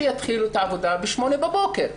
שיתחילו עבודה ב-8 בבוקר.